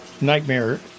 nightmare